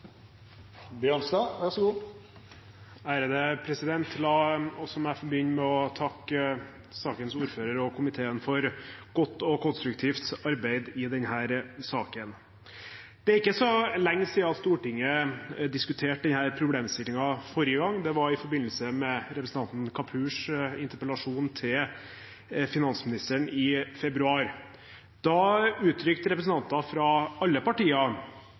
La også meg få begynne med å takke sakens ordfører og komiteen for godt og konstruktivt arbeid i denne saken. Det er ikke så lenge siden Stortinget diskuterte denne problemstillingen forrige gang. Det var i forbindelse med representanten Kapurs interpellasjon til finansministeren i februar. Da uttrykte representanter fra alle partier